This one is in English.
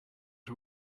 are